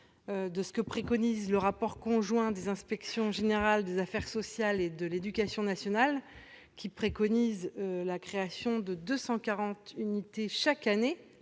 de ce que préconise le rapport conjoint des inspections générales des affaires sociales et de l'éducation nationale qui préconise la création de 240 unités chaque année